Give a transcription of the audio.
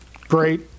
great